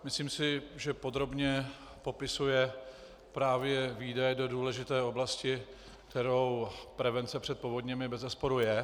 Myslím si, že podrobně popisuje právě výdaje do důležité oblasti, kterou prevence před povodněmi bezesporu je.